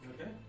Okay